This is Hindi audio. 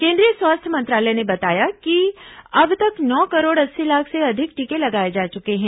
केंद्रीय स्वास्थ्य मंत्रालय ने बताया है कि अब तक नौ करोड़ अस्सी लाख से अधिक टीके लगाए जा चुके हैं